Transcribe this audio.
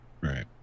Right